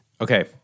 Okay